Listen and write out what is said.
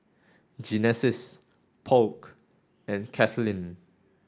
Genesis Polk and Katlynn